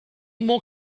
more